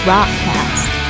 Rockcast